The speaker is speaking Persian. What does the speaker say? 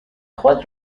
خود